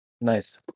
Nice